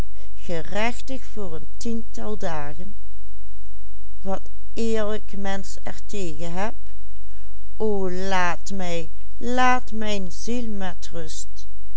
laat mijn ziel met rust